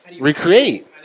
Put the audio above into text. recreate